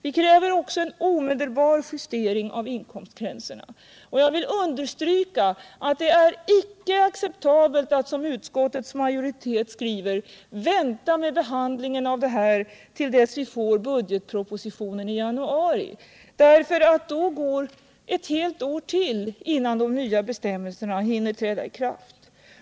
Vi kräver också en omedelbar justering av inkomstgränserna, och jag vill understryka att det inte är acceptabelt att, som utskottets majoritet skriver, vänta med behandlingen av det här tills vi får budgetpropositionen i januari, för då förflyter ytterligare ett helt år innan de nya bestämmelserna hinner träda i kraft.